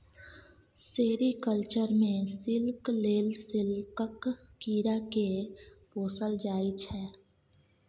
sericulture मे silk लेल सिल्कक कीरा केँ पोसल जाइ छै